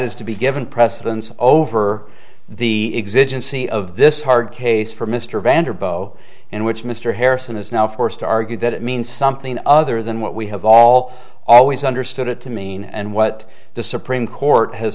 is to be given precedence over the existence of this hard case for mr vander bow in which mr harrison is now forced to argue that it means something other than what we have all always understood it to mean and what the supreme court has